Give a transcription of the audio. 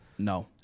No